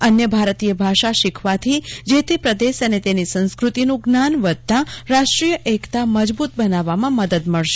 અન્ય ભારતીય ભાષા શીખવાથી જે તે પ્રદેશ અને તેની સંસ્કૃતિનું જ્ઞાન વધતા રાષ્ટ્રીય એકતા મજબૂત બનાવવા મદદ મળશે